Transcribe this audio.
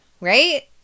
right